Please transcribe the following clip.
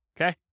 Okay